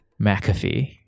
mcafee